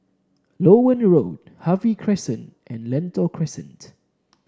Loewen Road Harvey Crescent and Lentor Crescent